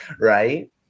Right